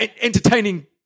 Entertaining